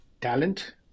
talent